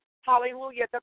hallelujah